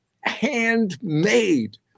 handmade